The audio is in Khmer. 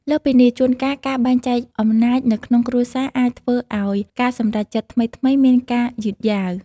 លើសពីនេះ ជួនកាលការបែងចែកអំណាចនៅក្នុងគ្រួសារអាចធ្វើឲ្យការសម្រេចចិត្តថ្មីៗមានការយឺតយ៉ាវ។